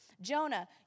Jonah